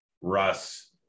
Russ